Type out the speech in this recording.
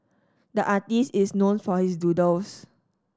the artist is known for his doodles